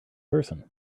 person